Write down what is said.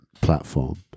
platform